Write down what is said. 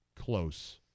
close